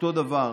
ואותו דבר,